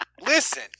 listen